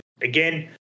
again